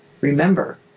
Remember